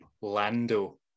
lando